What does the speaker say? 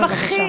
בבקשה.